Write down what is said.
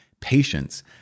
Patience